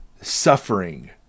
suffering